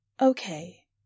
Okay